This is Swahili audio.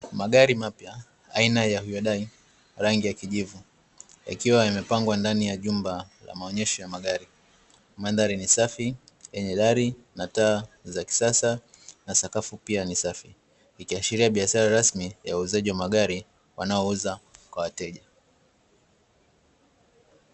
Magari mapya aina ya ''Hyundai''' rangi ya kijivu, yakiwa yamepangwa ndani ya jumba la maonyesho ya magari. Mandhari ni safi, yenye dari na taa za kisasa, na sakafu pia ni safi, ikiashiria biashara rasmi ya uuzaji wa magari wanayouza kwa wateja.